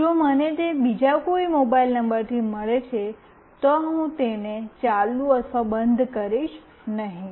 જો મને તે બીજા કોઈ મોબાઇલ નંબરથી મળે છે તો હું તેને ચાલુ અથવા બંધ કરીશ નહીં